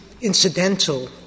Incidental